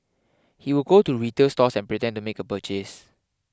he would go to retail stores and pretend to make a purchase